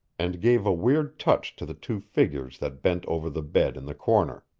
and gave a weird touch to the two figures that bent over the bed in the corner.